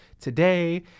today